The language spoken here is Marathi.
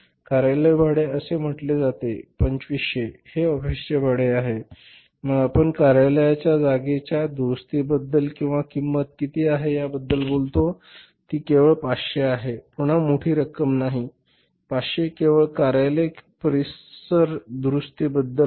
कार्यालय भाडे असेही म्हटले जाते 2500 हे ऑफिसचे भाडे आहे मग आपण कार्यालयाच्या जागेच्या दुरुस्तीबद्दल आणि किंमत किती आहे याबद्दल बोलतो ती केवळ 500 आहे पुन्हा मोठी रक्कम नाही 500 केवळ कार्यालय परिसर दुरुस्तीबद्दल आहेत